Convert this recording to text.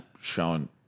showing